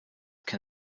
can